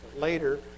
later